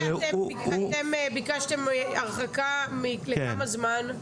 אתם ביקשתם הרחקה לכמה זמן?